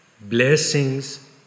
Blessings